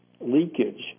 leakage